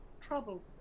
Trouble